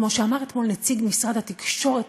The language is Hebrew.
כמו שאמר אתמול נציג משרד התקשורת,